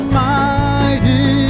mighty